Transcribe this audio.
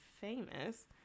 famous